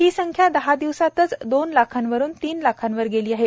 ही संख्या दहा दिवसांतच दोन लाखावरून तीन लाखांवर गेली आहे